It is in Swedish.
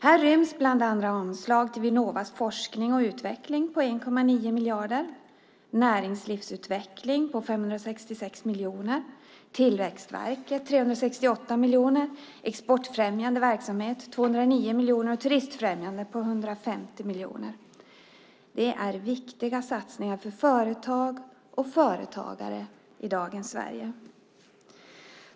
Här ryms bland annat anslag på 1,9 miljarder till Vinnovas forskning och utveckling, 566 miljoner till näringslivsutveckling, 368 miljoner till Tillväxtverket, 209 miljoner till exportfrämjande verksamhet och 150 miljoner till turismfrämjande. Det är viktiga satsningar för företag och företagare i dagens Sverige.